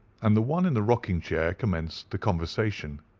and the one in the rocking-chair commenced the conversation.